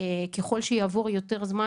ככל שיעבור יותר זמן,